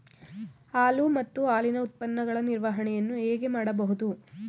ಹಾಲು ಮತ್ತು ಹಾಲಿನ ಉತ್ಪನ್ನಗಳ ನಿರ್ವಹಣೆಯನ್ನು ಹೇಗೆ ಮಾಡಬಹುದು?